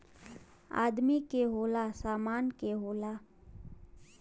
आदमी के होला, सामान के होला